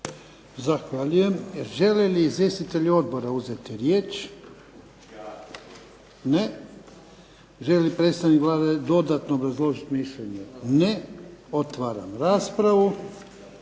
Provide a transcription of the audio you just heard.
Zahvaljujem. Žele li izvjestitelji odbora uzeti riječ? Ne. Želi li predstavnik Vlade dodatno obrazložiti mišljenje? Ne. Otvaram raspravu.